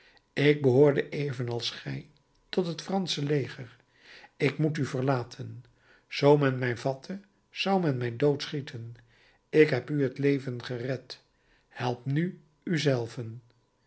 ik behoorde evenals gij tot het fransche leger ik moet u verlaten zoo men mij vatte zou men mij dood schieten ik heb u het leven gered help nu u